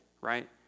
right